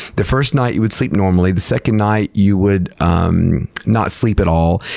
the first night, you would sleep normally. the second night, you would um not sleep at all.